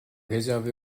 réservé